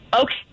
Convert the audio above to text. Okay